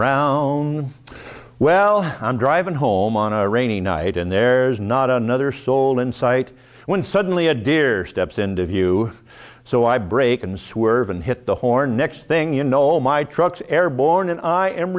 round well i'm driving home on a rainy night and there's not another soul in sight when suddenly a deer steps into view so i break and swerve and hit the horn next thing you know my truck's airborne and i am